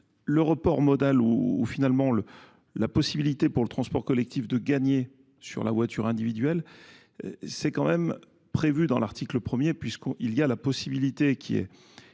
Le report modal ou ou finalement la le la possibilité pour le transport collectif de gagner sur la voiture individuelle c'est quand même prévu dans l'article 1ᵉʳ puisqu'il y a la possibilité qui est